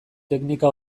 teknika